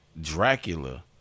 Dracula